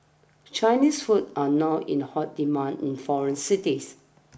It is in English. Chinese food are now in hot demand in foreign cities